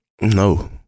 No